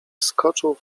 skoczył